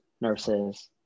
nurses